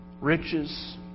riches